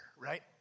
right